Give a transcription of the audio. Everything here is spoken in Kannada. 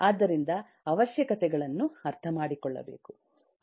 ಆದ್ದರಿಂದ ಅವಶ್ಯಕತೆಗಳನ್ನು ಅರ್ಥಮಾಡಿಕೊಳ್ಳಬೇಕು